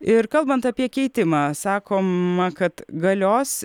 ir kalbant apie keitimą sakoma kad galios